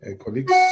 colleagues